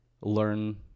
learn